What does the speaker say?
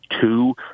two